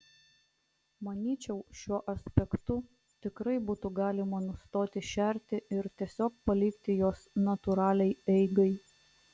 manyčiau šiuo aspektu tikrai būtų galima nustoti šerti ir tiesiog palikti juos natūraliai eigai